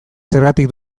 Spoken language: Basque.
zergatik